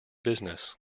business